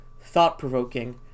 thought-provoking